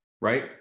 right